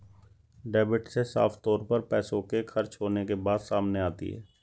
debit से साफ तौर पर पैसों के खर्च होने के बात सामने आती है